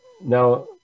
Now